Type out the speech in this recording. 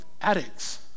addicts